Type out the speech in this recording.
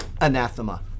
anathema